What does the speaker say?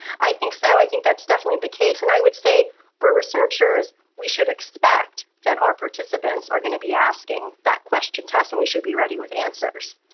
i think so, i think that's definitely the case, and i would say for researchers we should expect that our participants are going to be asking that question to us and we should be ready with answers.